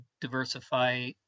diversify